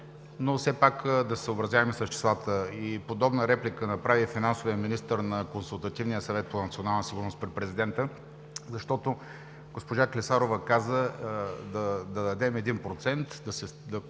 но все пак да се съобразяваме с числата. Подобна реплика направи и финансовият министър на Консултативния съвет за национална сигурност при президента. Госпожа Клисарова каза: „Да дадем 1%“